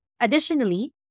Additionally